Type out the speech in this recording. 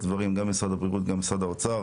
הדברים גם ממשרד הבריאות וגם ממשרד האוצר